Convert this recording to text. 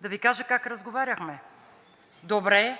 Да Ви кажа как разговаряхме: „Добре,